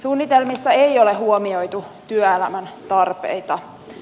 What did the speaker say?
suunnitelmissa ei ole huomioitu työelämän tarpeita